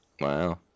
Wow